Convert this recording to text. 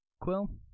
Quill